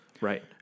right